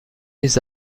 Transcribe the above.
des